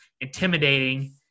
intimidating